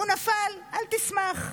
הוא נפל, אל תשמח.